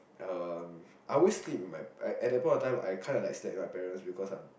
um I always sleep with my at that point of time I kind of like slept with my parents because I'm